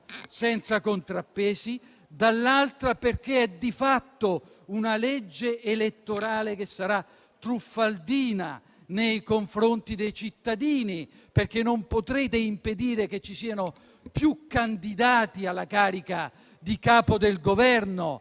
senza contrappesi e dall'altra perché è di fatto una legge elettorale che sarà truffaldina nei confronti dei cittadini, perché non potrete impedire che ci siano più di due candidati alla carica di Capo del Governo